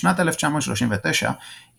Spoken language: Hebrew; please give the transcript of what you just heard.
בשנת 1939,